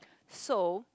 so